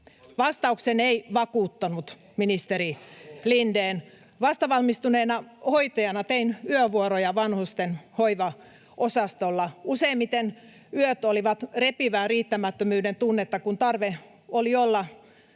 Heinonen: Ei, vartin selittely!] Vastavalmistuneena hoitajana tein yövuoroja vanhusten hoivaosastolla. Useimmiten yöt olivat repivää riittämättömyyden tunnetta, kun tarve oli olla